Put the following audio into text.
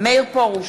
מאיר פרוש,